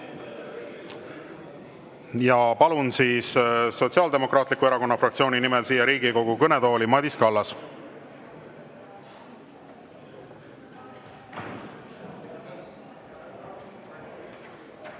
Palun Sotsiaaldemokraatliku Erakonna fraktsiooni nimel Riigikogu kõnetooli Madis Kallase.